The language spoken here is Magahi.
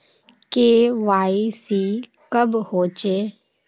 के.वाई.सी कब होचे?